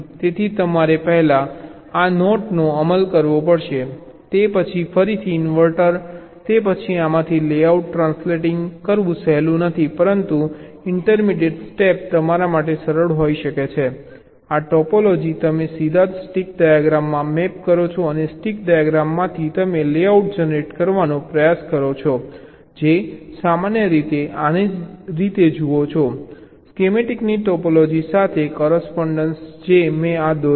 તેથી તમારે પહેલા આ NOT નો અમલ કરવો પડશે તે પછી ફરીથી ઇન્વર્ટર તે પછી આમાંથી લેઆઉટમાં ટ્રાન્સલેટિંગ કરવું સહેલું નથી પરંતુ ઇંટરમીડિએટ સ્ટેપ તમારા માટે સરળ હોઈ શકે છે આ ટોપોલોજી તમે સીધા જ સ્ટીક ડાયાગ્રામમાં મેપ કરો છો અને સ્ટીક ડાયાગ્રામમાંથી તમે લેઆઉટ જનરેટ કરવાનો પ્રયાસ કરો છો જે સામાન્ય રીતે તમે આને જે રીતે જુઓ છો સ્કેમેટિકની ટોપોલોજી સાથે કોરસ્પોન્ડન્સ જે મેં આ દોર્યો છે